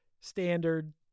standard